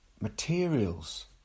materials